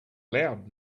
loud